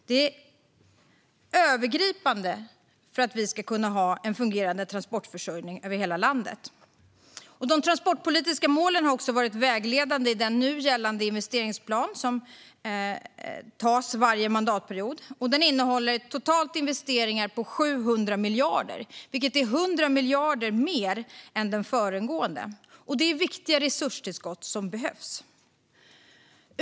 Det är avgörande för att vi ska kunna ha en fungerande transportförsörjning över hela landet. De transportpolitiska målen har också varit vägledande i nu gällande investeringsplan. Den innehåller investeringar på totalt 700 miljarder, vilket är 100 miljarder mer än den föregående planen. Det är viktiga resurstillskott som behövs.